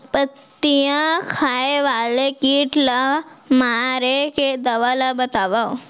पत्तियां खाए वाले किट ला मारे के दवा ला बतावव?